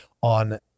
on